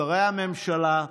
שרי הממשלה,